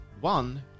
one